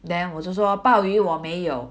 then 我就说鲍鱼我没有